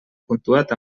puntuat